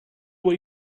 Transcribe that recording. way